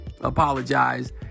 apologize